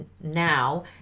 now